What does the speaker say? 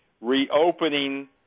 reopening